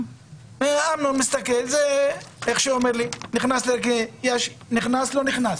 אמנון מסתכל, אומר נכנס או לא נכנס,